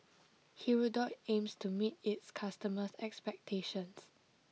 Hirudoid aims to meet its customers' expectations